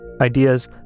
ideas